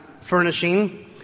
furnishing